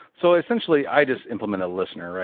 so essentially, i just implement a listener.